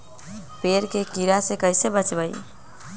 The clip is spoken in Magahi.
पेड़ के कीड़ा से कैसे बचबई?